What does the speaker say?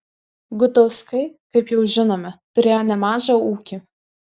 gutauskai kaip jau žinome turėjo nemažą ūkį